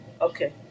Okay